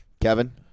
Kevin